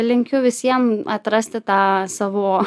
linkiu visiem atrasti tą savo